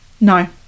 no